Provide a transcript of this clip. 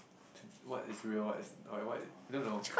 what is real what is wha~ what I don't know